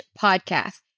Podcast